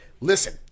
Listen